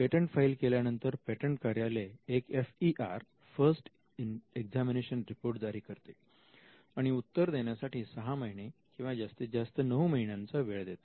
patent file केल्यानंतर patent कार्यालय एक FER first examination report जारी करते आणि उत्तर देण्यासाठी सहा महिने किंवा जास्तीत जास्त नऊ महिन्यांचा वेळ देते